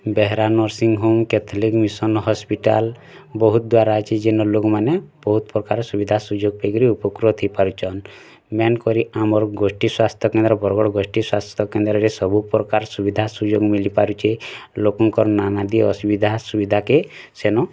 Behera nursing home କେଥଲିଙ୍ଗ mission hospital ବହୁତ ଦ୍ଵାରା ଅଛି ଯେନ୍ ଲୋକ୍ ମାନେ ବହୁତ ପ୍ରକାର ସୁବିଧା ସୁଯୋଗ ପାଇଁ କିରି ଉପକୃତ ହେଇ ପାରୁଛନ୍ ମେନ୍ କରି ଆମର୍ ଗୋଷ୍ଠୀ ସ୍ୱାସ୍ଥ୍ୟ କେନ୍ଦ୍ର ବରଗଡ଼ ଗୋଷ୍ଠୀ ସ୍ୱାସ୍ଥ୍ୟ କେନ୍ଦ୍ର ରେ ସବୁ ପ୍ରକାର ସୁବିଧା ସୁଯୋଗ ମିଲି ପାରୁଛି ଲୋକଙ୍କର୍ ନାନାଦି ଅସୁବିଧା ସୁବିଧା କେ ସେନୁ